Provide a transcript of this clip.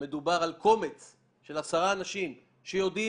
מדובר על קומץ של עשרה אנשים שיודעים